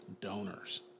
donors